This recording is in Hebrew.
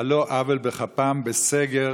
על לא עוול בכפם בסגר